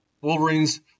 Wolverines